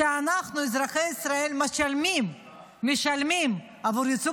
כשאנחנו אזרחי ישראל משלמים עבור ייצוג